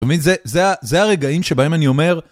זאת אומרת, זה הרגעים שבהם אני אומר...